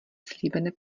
slíbené